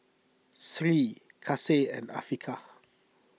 Sri Kasih and Afiqah